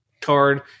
card